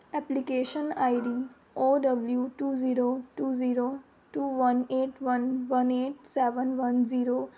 application I D or W two zero two zero two one eight one one eight seven one zero